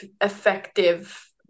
effective